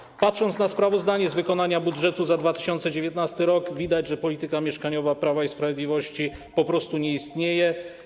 Gdy się patrzy na sprawozdanie z wykonania budżetu za 2019 r., widać, że polityka mieszkaniowa Prawa i Sprawiedliwości po prostu nie istnieje.